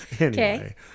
Okay